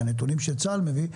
מהנתונים שצה"ל מביא,